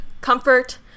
comfort